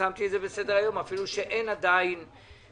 ששמתי את זה על סדר היום אפילו שאין עדין תקנות,